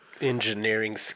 Engineering